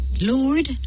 Lord